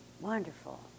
wonderful